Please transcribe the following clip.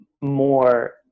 more